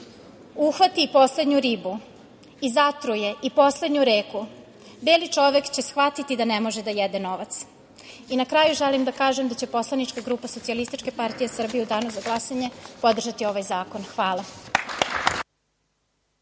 uhvati poslednju ribu i zatruje i poslednju reku, beli čovek će shvatiti da ne može da jede novac. Na kraju želim da kažem da će poslanička grupa SPS u danu za glasanje podržati ovaj zakon. Hvala